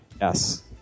Yes